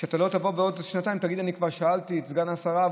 כדי שלא תבוא בעוד שנתיים ותגיד: אני כבר שאלתי את סגן השרה,